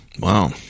wow